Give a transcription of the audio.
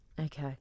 Okay